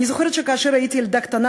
אני זוכרת שכאשר הייתי ילדה קטנה,